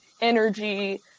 energy